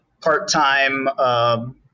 part-time